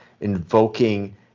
invoking